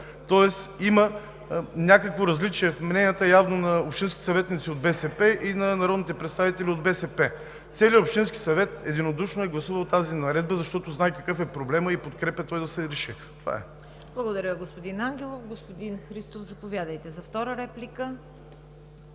Тоест явно има някакво различие в мненията на общинските съветници от БСП и на народните представители от БСП – целият Общински съвет единодушно е гласувал тази наредба, защото знае какъв е проблемът и подкрепя той да се реши. ПРЕДСЕДАТЕЛ ЦВЕТА КАРАЯНЧЕВА: Благодаря, господин Ангелов. Господин Христов, заповядайте за втора реплика.